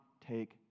take